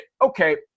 okay